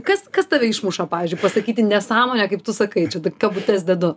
kas kas tave išmuša pavyzdžiui pasakyti nesąmonę kaip tu sakai čia taip kabutes dedu